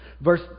Verse